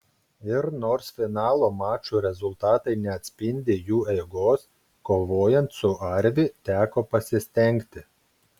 ir nors finalo mačų rezultatai neatspindi jų eigos kovojant su arvi teko pasistengti